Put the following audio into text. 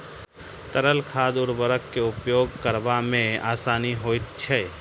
तरल खाद उर्वरक के उपयोग करबा मे आसानी होइत छै